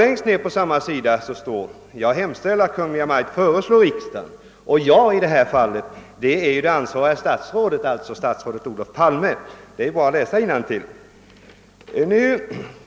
Längst ned på samma sida står: »Jag hemställer att Kungl. Maj:t föreslår riksdagen...» Jag är i detta fall det ansvariga statsrådet, d. v. s. statsrådet Olof Palme. Det är bara att läsa innantill.